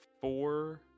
four